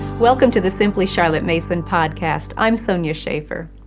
welcome to the simply charlotte mason podcast. i'm sonya shafer.